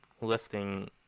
lifting